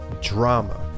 drama